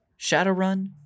Shadowrun